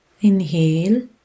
inhale